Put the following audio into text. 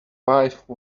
wife